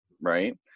right